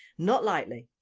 not likely,